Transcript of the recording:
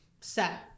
set